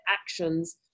actions